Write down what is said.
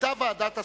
היתה ועדת הסכמות,